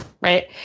right